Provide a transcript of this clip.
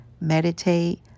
meditate